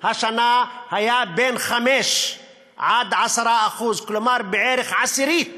השנה היה בין 5 ל-10, כלומר בערך עשירית